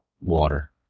water